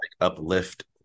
uplift